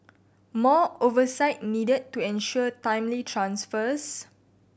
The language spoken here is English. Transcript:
more oversight needed to ensure timely transfers